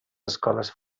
escoles